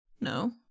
No